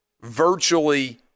Virtually